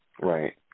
Right